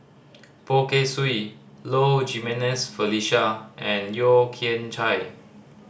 Poh Kay Swee Low Jimenez Felicia and Yeo Kian Chai